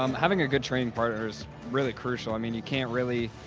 um having a good training partner is really crucial, i mean you can't really